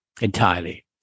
entirely